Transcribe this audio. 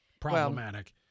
problematic